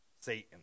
Satan